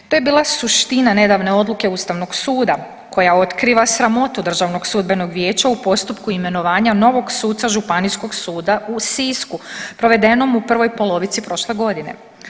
To je bila suština nedavne odluke Ustavnog suda koja otkriva sramotu Državnog sudbenog vijeća u postupku imenovanja novog suca Županijskog suda u Sisku provedenom u prvoj polovici prošle godine.